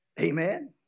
Amen